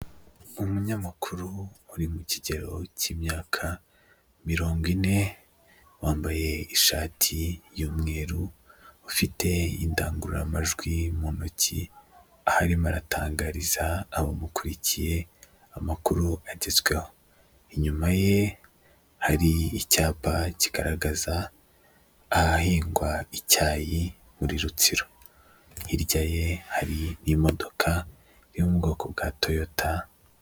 Umunyamakuru uri mu kigero k'imyaka mirongo ine, wambaye ishati y'umweru ufite indangururamajwi mu ntoki arimo, aratangariza abamu abamukurikiye amakuru agezweho, inyuma ye hari icyapa kigaragaza ahahingwa icyayi muri Rutsiro, hirya ye hari n'imodoka yo mu bwoko bwa toyota.